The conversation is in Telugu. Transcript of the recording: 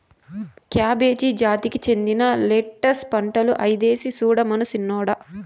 కాబేజీ జాతికి చెందిన లెట్టస్ పంటలు ఐదేసి సూడమను సిన్నోడా